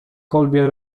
kolbie